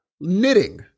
knitting